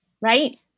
Right